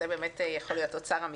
זה באמת יכול להיות אוצר אמיתי.